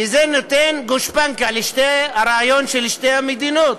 כי זה נותן גושפנקה לרעיון של שתי המדינות.